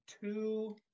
two